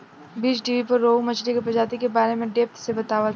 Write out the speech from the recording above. बीज़टीवी पर रोहु मछली के प्रजाति के बारे में डेप्थ से बतावता